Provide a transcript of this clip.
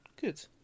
Good